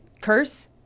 curse